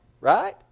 right